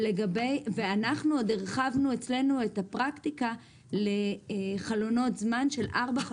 אנחנו הרחבנו אצלנו את הפרקטיקה לחלונות זמן של ארבעה